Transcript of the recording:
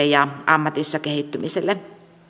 ja ammatissa kehittymisessä